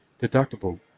deductible